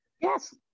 Yes